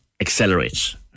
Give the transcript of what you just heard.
accelerates